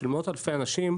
של מאות אלפי אנשים,